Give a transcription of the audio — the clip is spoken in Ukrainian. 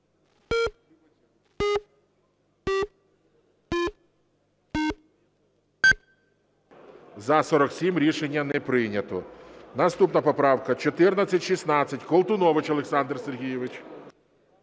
За-47 Рішення не прийнято. Наступна поправка 1416. Колтунович Олександр Сергійович.